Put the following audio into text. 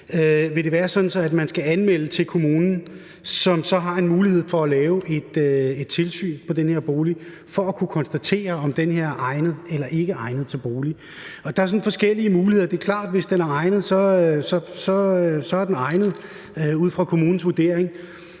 anmeldelsesordning, skulle anmelde til kommunen, som så har en mulighed for at lave et tilsyn på den her bolig for at kunne konstatere, om den er egnet eller ikke er egnet til bolig. Og der er sådan forskellige muligheder. Det er klart, at hvis den er egnet ud fra kommunens vurdering,